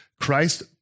Christ